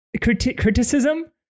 criticism